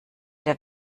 der